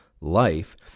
life